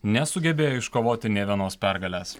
nesugebėjo iškovoti nė vienos pergalės